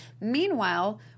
Meanwhile